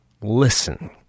Listen